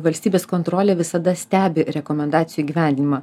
valstybės kontrolė visada stebi rekomendacijų įgyvendinimą